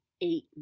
eight